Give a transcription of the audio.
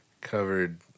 covered